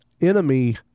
enemy